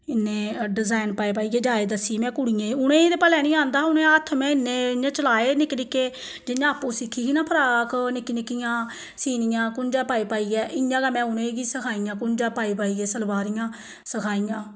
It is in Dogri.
इन्नै डिजाइन पाई पाइयै जाह्च दस्सी मैं कुड़ियें गी उ'नेंगी ते भलेआं निं आंदा हा उ'नें हत्थ में इन्ने उं'दे चलाए निक्के निक्के जि'यां आपूं सिक्खी ही ना फ्राक निक्की निक्कियां सीनियां कुंजां पाई पाइयै इ'यां गै मैं उ'नें गी सखाइयां कुंजां पाई पाइयै सलवार इ'यां सखाइयां